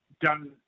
done